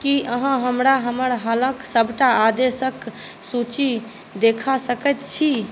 की अहाँ हमरा हमर हालक सबटा आदेशक सूची देखा सकैत छी